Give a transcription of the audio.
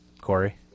Corey